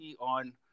on